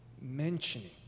mentioning